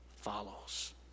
follows